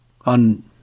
on